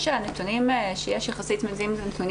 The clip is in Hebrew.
הנתונים שיש יחסית זמינים הם נתונים